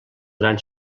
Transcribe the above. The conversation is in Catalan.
gran